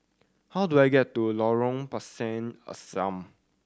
how do I get to Lorong Pisang Asam